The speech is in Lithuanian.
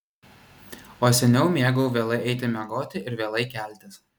o seniau mėgau vėlai eiti miegoti ir vėlai keltis